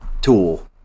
tool